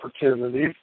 opportunities